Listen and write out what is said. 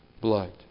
blood